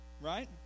right